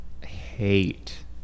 hate